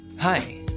Hi